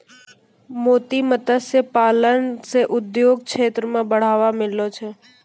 मोती मत्स्य पालन से उद्योग क्षेत्र मे बढ़ावा मिललो छै